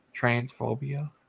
Transphobia